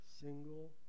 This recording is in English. single